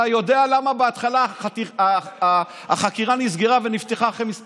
אתה יודע למה בהתחלה החקירה נסגרה ונפתחה אחרי כמה שנים.